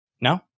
No